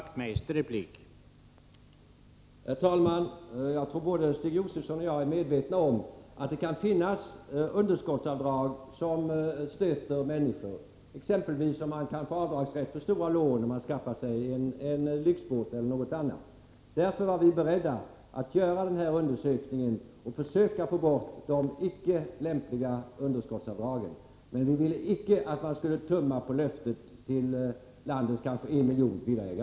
Herr talman! Jag tror att både Stig Josefson och jag är medvetna om att det kan finnas underskottsavdrag som stöter många människor, exempelvis avdragsrätt för stora lån till en lyxbåt e. d. Därför var vi beredda att göra den här undersökningen och försöka få bort de icke lämpliga underskottsavdragen. Men vi ville icke tumma på löftet till landets kanske en miljon villaägare.